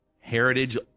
Heritage